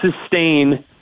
sustain